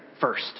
first